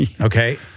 Okay